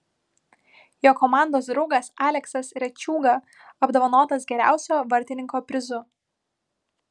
jo komandos draugas aleksas rečiūga apdovanotas geriausio vartininko prizu